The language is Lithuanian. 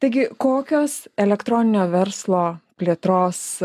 taigi kokios elektroninio verslo plėtros